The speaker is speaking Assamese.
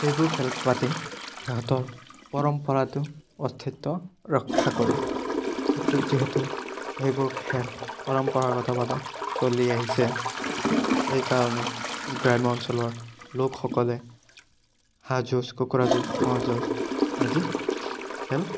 সেইবোৰ খেল পাতি সিহঁতৰ পৰম্পৰাটো অৰ্থিত ৰক্ষা কৰে সেইটো যিহেতু সেইবোৰ খেল পৰম্পৰাগত ভাবে চলি আহিছে সেইকাৰণে গ্ৰাম্য অঞ্চলৰ লোকসকলে হাঁহ যুঁজ কুকুৰা যুঁজ ম'হ যুঁজ আজি খেল